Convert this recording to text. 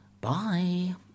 Bye